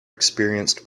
experienced